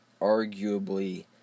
arguably